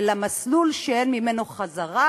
אל המסלול שאין ממנו חזרה,